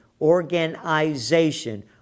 Organization